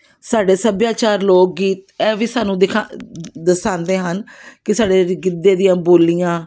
ਸਾਡੇ ਸੱਭਿਆਚਾਰ ਲੋਕ ਗੀਤ ਇਹ ਵੀ ਸਾਨੂੰ ਦਿਖਾ ਦਰਸਾਉਂਦੇ ਹਨ ਕਿ ਸਾਡੇ ਗਿੱਧੇ ਦੀਆਂ ਬੋਲੀਆਂ